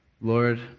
Lord